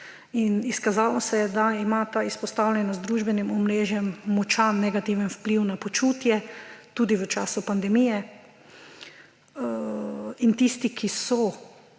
in izkazalo se je, da ima ta izpostavljenost družbenem omrežjem močan negativni vpliv na počutje tudi v času pandemije. Tisti, ki so